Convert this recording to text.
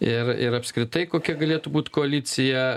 ir ir apskritai kokia galėtų būt koalicija